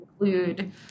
include